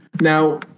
Now